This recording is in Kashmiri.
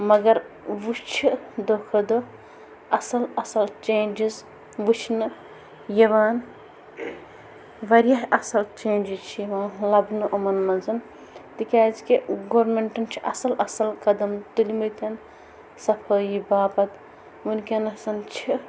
مگر وۄنۍ چھِ دۄہ کھۄتہٕ دۄہ اَصٕل اَصٕل چینجٕس وُچھنہٕ یِوان واریاہ اصٕل چینجٕس چھِ یِوان لَبنہٕ یِمَن منٛز تِکیٛازِ کہِ گورمیٚنٛٹَن چھِ اصٕل اصٕل قدم تُلمِتٮ۪ن صفٲیی باپتھ وٕنکیٚنَسَن چھِ